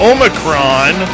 Omicron